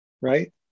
Right